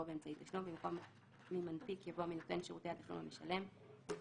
יבוא "באמצעי תשלום"; (2)בסעיף 28כג(ד) (א)בפסקה (1),